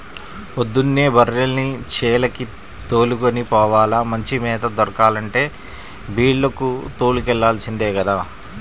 పొద్దున్నే బర్రెల్ని చేలకి దోలుకొని పోవాల, మంచి మేత దొరకాలంటే బీల్లకు తోలుకెల్లాల్సిందే గదా